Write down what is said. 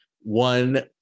one